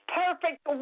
perfect